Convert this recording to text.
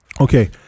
Okay